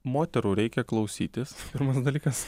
moterų reikia klausytis pirmas dalykas